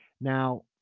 now